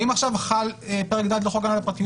האם עכשיו חל פרק ד' לחוק הגנת הפרטיות